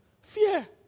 Fear